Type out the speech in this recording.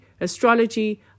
astrology